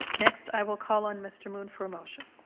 next i will call on mr. moon for a motion.